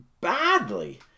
badly